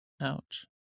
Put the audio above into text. Ouch